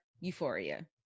Euphoria